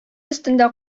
өстендә